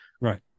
Right